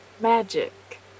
Magic